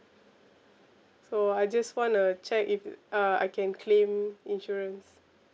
so I just wanna check if uh I can claim insurance